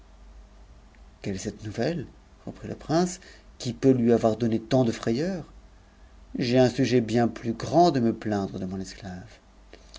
quelle est cette nouvelle reprit le prince qui peut lui avoir don tant de frayeur j'ai un sujet bien plus grand de me plaindre de mon es